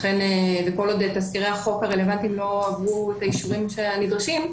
בעינינו כל עוד תזכיר החוק הרלוונטיים לא עברו את האישורים הנדרשים,